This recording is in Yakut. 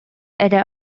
эрэ